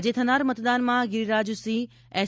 આજે થનાર મતદાનમાં ગિરીરાજસિંહ એસ